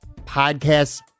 podcasts